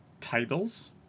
titles